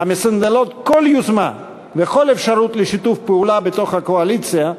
המסנדלות כל יוזמה וכל אפשרות לשיתוף פעולה בתוך הקואליציה,